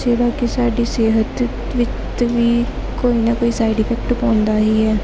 ਜਿਹੜਾ ਕਿ ਸਾਡੀ ਸਿਹਤ ਵਿੱਚ ਵੀ ਕੋਈ ਨਾ ਕੋਈ ਸਾਈਡ ਇਫੈਕਟ ਪਾਉਂਦਾ ਹੀ ਹੈ